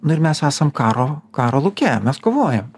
nu ir mes esam karo karo lauke mes kovojam